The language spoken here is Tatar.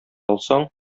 алсаң